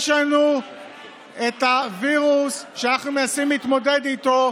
יש לנו את וירוס הקורונה שאנחנו מנסים להתמודד איתו,